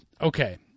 Okay